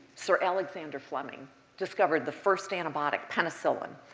sir alexander fleming discovered the first antibiotic, penicillin,